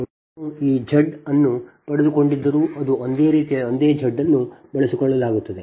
ನಾವು ಈ Z ಅನ್ನು ಪಡೆದುಕೊಂಡಿದ್ದರೂ ಅದೇ ರೀತಿಯ ಒಂದೇ Z ಅನ್ನು ಬಳಸಲಾಗುತ್ತದೆ